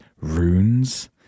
Runes